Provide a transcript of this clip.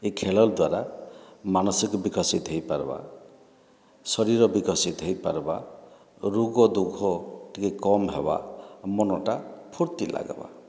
ଏ ଖେଳ ଦ୍ୱାରା ମାନସିକ ବିକଶିତ ହୋଇ ପାରିବ ଶରୀର ବିକଶିତ ହୋଇପାରିବ ରୋଗଦୁଃଖ ଟିକିଏ କମ୍ ହେବ ମନଟା ଫୁର୍ତ୍ତି ଲାଗିବ